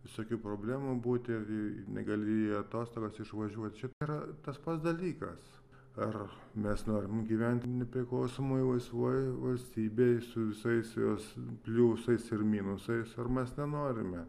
visokių problemų būti negali į atostogas išvažiuot čia yra tas pats dalykas ar mes norim gyventi nepriklausomoj laisvoj valstybėj su visais jos pliusais ir minusais ar mes nenorime